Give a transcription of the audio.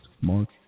Mark